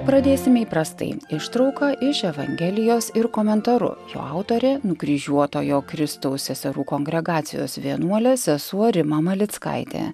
pradėsime įprastai ištrauka iš evangelijos ir komentaru jo autorė nukryžiuotojo kristaus seserų kongregacijos vienuolė sesuo rima malickaitė